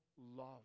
love